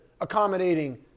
accommodating